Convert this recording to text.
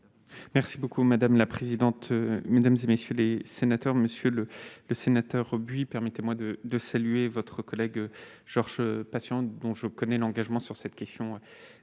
Merci beaucoup, madame la présidente, mesdames et messieurs les sénateurs, Monsieur le, le sénateur Buy, permettez-moi de de saluer votre collègue Georges Patient, dont je connais l'engagement sur cette question